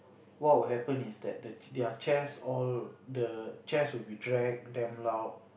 what will happen is that the their chairs all the chairs will be dragged damn loud